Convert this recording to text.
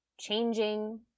changing